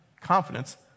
confidence